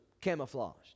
camouflaged